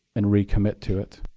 and recommit to it.